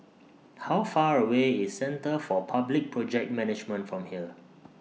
How Far away IS Centre For Public Project Management from here